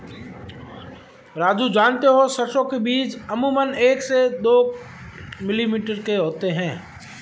राजू जानते हो सरसों के बीज अमूमन एक से दो मिलीमीटर के होते हैं